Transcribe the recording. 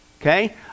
Okay